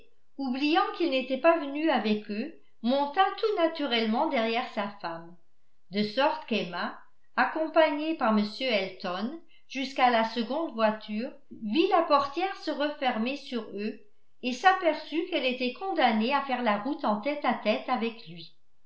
oubliant qu'il n'était pas venu avec eux monta tout naturellement derrière sa femme de sorte qu'emma accompagnée par m elton jusqu'à la seconde voiture vit la portière se refermer sur eux et s'aperçut qu'elle était condamnée à faire la route en tête à tête avec lui